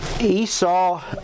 Esau